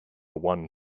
one